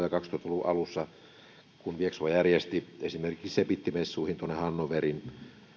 ja kaksituhatta luvun alussa viexpo järjesti esimerkiksi cebit messuihin hannoveriin